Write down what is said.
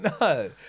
No